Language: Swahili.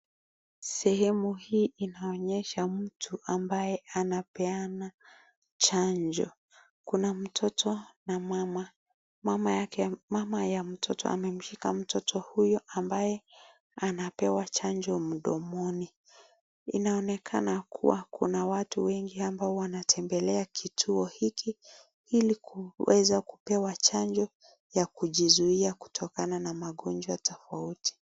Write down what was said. Sehemu hii inaonyesha mtu ambaye anapeana chanjo. Kuna mtoto na mama, mama ya mtoto amemshika mtoto huyo ambaye anapewa chanjo mdomoni. Inaonekana kuwa kuna watu wengi ambao wanatembelea kituo hiki ili kuweza kupewa chanjo ya kujizuia kutokana na magonjwa tofauti.